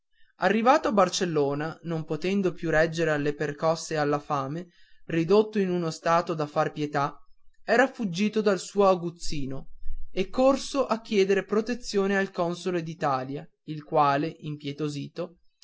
a barcellona non potendo più reggere alle percosse e alla fame ridotto in uno stato da far pietà era fuggito dal suo aguzzino e corso a chieder protezione al console d'italia il quale impietosito